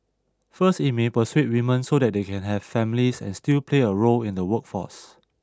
first it may persuade women so that they can have families and still play a role in the workforce